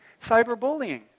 Cyberbullying